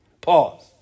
Pause